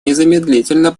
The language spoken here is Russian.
незамедлительно